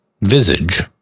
visage